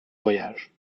voyage